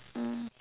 mm